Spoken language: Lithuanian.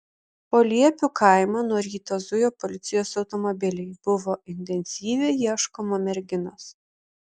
po liepių kaimą nuo ryto zujo policijos automobiliai buvo intensyviai ieškoma merginos